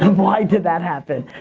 why did that happen?